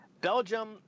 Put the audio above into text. Belgium